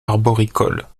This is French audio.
arboricoles